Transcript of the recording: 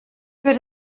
würde